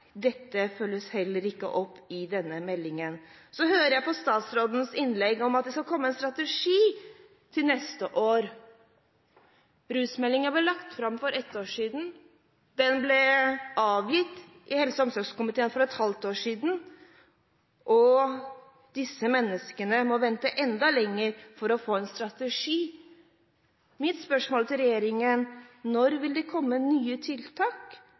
Dette følges heller ikke opp i denne meldingen. Så hører jeg i statsrådens innlegg at det skal komme en strategi – til neste år. Rusmeldingen ble lagt fram for et år siden, den ble avgitt i helse- og omsorgskomiteen for et halvt år siden, og disse menneskene må vente enda lenger for å få en strategi. Mitt spørsmål til regjeringen er: Når vil det komme nye tiltak